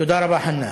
תודה רבה, חנא.